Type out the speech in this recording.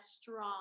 strong